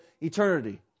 eternity